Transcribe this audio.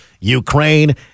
Ukraine